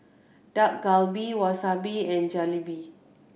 Dak Galbi Wasabi and Jalebi